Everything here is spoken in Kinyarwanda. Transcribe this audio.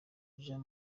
jean